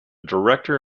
director